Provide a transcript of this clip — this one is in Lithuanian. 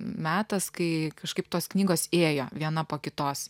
metas kai kažkaip tos knygos ėjo viena po kitos